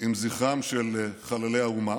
עם זכרם של חללי האומה,